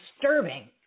disturbing